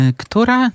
która